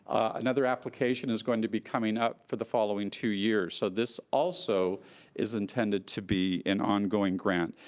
another application is going to be coming up for the following two years, so this also is intended to be an ongoing grant.